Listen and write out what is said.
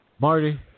Marty